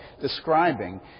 describing